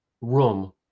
room